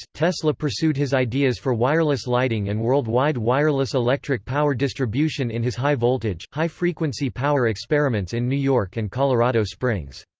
tesla pursued his ideas for wireless lighting and worldwide wireless electric power distribution in his high-voltage, high-frequency power experiments in new york and colorado springs.